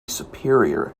superior